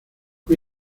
hoy